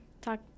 talk